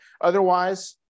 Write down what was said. Otherwise